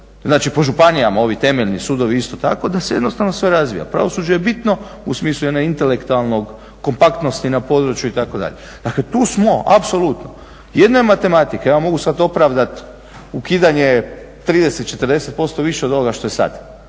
znači po županijama ovi temeljni sudovi isto tako da se sve razvija. Pravosuđe je bitno u smislu jedne intelektualne kompaktnosti na području itd. dakle tu smo apsolutno. Jedno je matematika, ja vam sada mogu opravdati ukidanje 30, 40% više od ovoga što je sada,